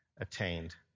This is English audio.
attained